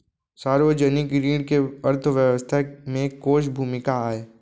सार्वजनिक ऋण के अर्थव्यवस्था में कोस भूमिका आय?